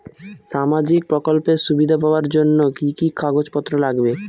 সামাজিক প্রকল্পের সুবিধা পাওয়ার জন্য কি কি কাগজ পত্র লাগবে?